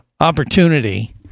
opportunity